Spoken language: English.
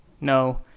no